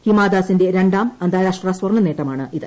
ഹിമദാസിന്റെ രണ്ടാം അന്താരാഷ്ട്ര സ്വർണ്ണനേട്ടമാണ് ഇത്